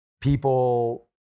people